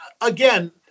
again